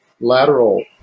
lateral